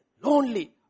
Lonely